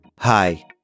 Hi